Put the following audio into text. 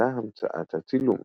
הייתה המצאת הצילום.